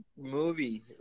movie